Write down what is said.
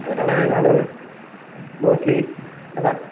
அதனால் நான் மோஸ்ட்லி அதுதான்